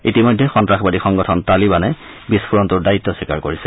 ইতিমধ্যে সন্নাসবাদী সংগঠন তালিবানে বিস্ফোৰণটোৰ দায়িত্ব স্বীকাৰ কৰিছে